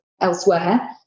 elsewhere